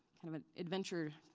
kind of an adventure,